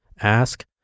ask